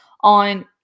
on